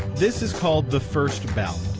this is called the first ballot.